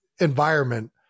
environment